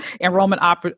enrollment